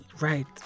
right